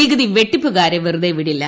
നികുതിവെട്ടിപ്പുകാരെ വെറുതെ വിടില്ല